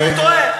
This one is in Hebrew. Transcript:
אז הוא טועה.